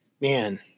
man